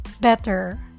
better